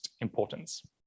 importance